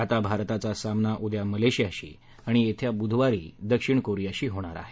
आता भारताचा सामना उद्या मलेशियाशी आणि येत्या बुधवारी दक्षिण कोरियाशी होणार आहे